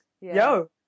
Yo